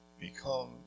become